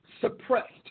suppressed